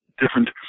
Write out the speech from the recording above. different